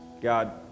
God